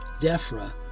DEFRA